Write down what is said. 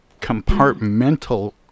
compartmental